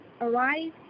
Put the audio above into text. arise